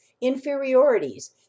inferiorities